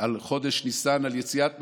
על חודש ניסן, על יציאת מצרים,